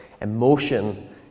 emotion